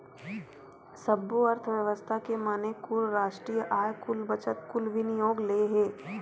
सब्बो अर्थबेवस्था के माने कुल रास्टीय आय, कुल बचत, कुल विनियोग ले हे